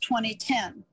2010